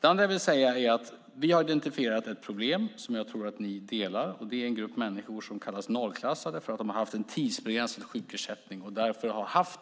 Det andra jag vill säga är att vi har identifierat ett problem, och där tror jag att ni delar vår syn. Det gäller en grupp människor som kallas nollklassade för att de har haft en tidsbegränsad sjukersättning och därför har haft